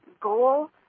goal